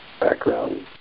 background